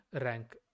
rank